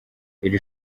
iri